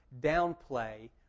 downplay